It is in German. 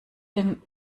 den